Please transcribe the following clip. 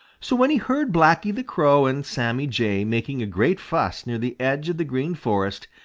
so when he heard blacky the crow and sammy jay making a great fuss near the edge of the green forest,